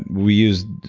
we used